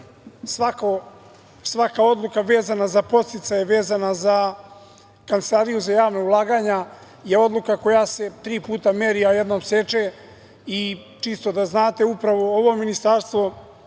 svaka odluka vezana za podsticaje, vezana za Kancelariju za javna ulaganja, je odluka koja se tri puta meri a jednom seče. Čisto da znate, upravo ovo ministarstvo